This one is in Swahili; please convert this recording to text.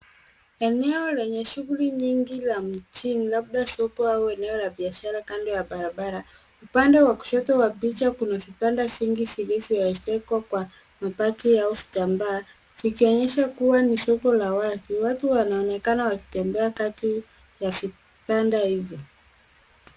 Eneo lenye shughuli nyingi la mjini labda soko au eneo la biashara kando ya barabara. Upande wa kushoto wa picha kuna vibanda vingi vilivyoezekwa kwa mabati au vitambaa vikionyesha kuwa ni soko la watu. Watu wanaonekana wakitembea kati ya vibanda hivyo.